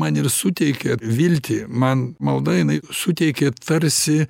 man ir suteikia viltį man malda jinai suteikia tarsi